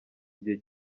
gihe